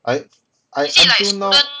I I until now